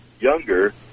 younger